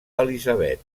elisabet